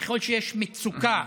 ככל שיש מצוקה